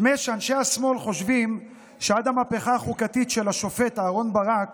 נדמה שאנשי השמאל חושבים שעד המהפכה החוקתית של השופט אהרן ברק